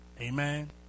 amen